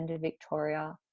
Victoria